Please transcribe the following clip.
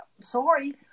sorry